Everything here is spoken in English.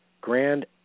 grand